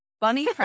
bunny